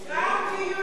גם הדיור הציבורי.